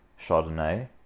Chardonnay